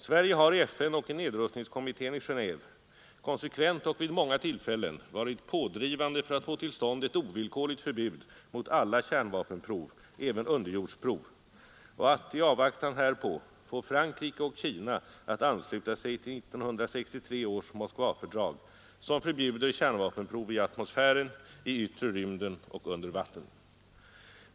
Sverige har i FN och i nedrustningskommittén i Genéve konsekvent och vid många tillfällen varit pådrivande för att få till stånd ett ovillkorligt förbud mot alla kärnvapenprov, även underjordsprov, och att, i avvaktan härpå, få Frankrike och Kina att ansluta sig till 1963 års Moskvafördrag som förbjuder kärnvapenprov i atmosfären, i yttre rymden och under vatten.